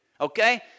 Okay